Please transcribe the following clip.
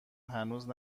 هنوز